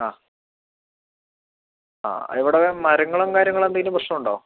ആ ആ അവിടെ മരങ്ങളും കാര്യങ്ങളോ എന്തേലും പ്രശ്നമുണ്ടോ